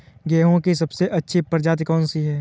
गेहूँ की सबसे अच्छी प्रजाति कौन सी है?